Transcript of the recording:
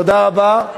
תודה רבה.